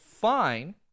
fine